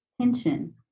tension